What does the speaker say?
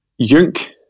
Junk